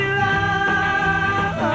love